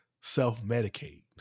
self-medicate